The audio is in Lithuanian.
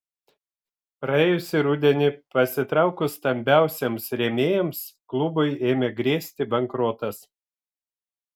praėjusį rudenį pasitraukus stambiausiems rėmėjams klubui ėmė grėsti bankrotas